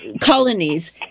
colonies